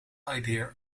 idea